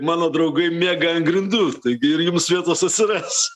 mano draugai miega ant grindų taigi ir jums vietos atsiras